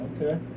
Okay